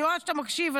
אני רואה שאתה מקשיב,